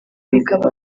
bikaba